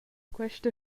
questa